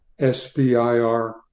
sbir